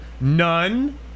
None